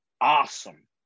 awesome